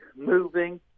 moving